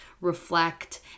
reflect